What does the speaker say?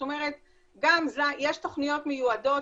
יש תוכניות מיועדות,